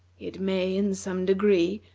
it may, in some degree,